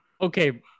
Okay